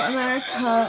America